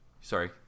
sorry